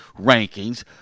rankings